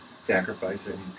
sacrificing